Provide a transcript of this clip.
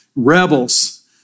rebels